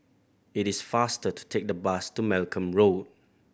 it is faster to take the bus to Malcolm Road